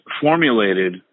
formulated